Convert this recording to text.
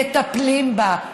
מטפלים בה.